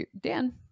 Dan